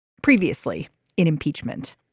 previously in impeachment